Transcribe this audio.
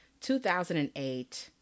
2008